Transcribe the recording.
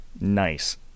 nice